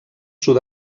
sud